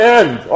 end